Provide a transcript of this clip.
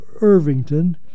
Irvington